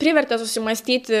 privertė susimąstyti